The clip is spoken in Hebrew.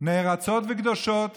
נערצות וקדושות